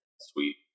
Sweet